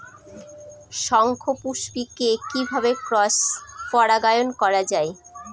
শঙ্খপুষ্পী কে কিভাবে ক্রস পরাগায়ন করা যায়?